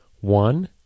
One